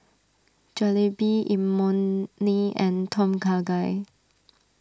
Jalebi Imoni and Tom Kha Gai